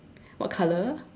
what color